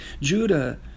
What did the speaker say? Judah